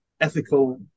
ethical